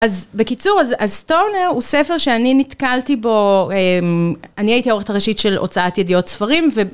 אז בקיצור אז stoner הוא ספר שאני נתקלתי בו, אני הייתי העורכת הראשית של הוצאת ידיעות ספרים